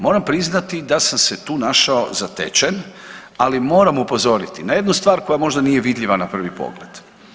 Moram priznati da sam se tu našao zatečen, ali moram upozoriti na jednu stvar koja možda nije vidljiva na prvi pogled.